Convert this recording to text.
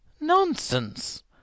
Nonsense